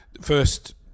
first